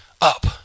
up